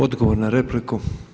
Odgovor na repliku.